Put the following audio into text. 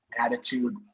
attitude